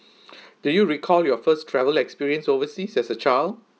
do you recall your first travel experience overseas as a child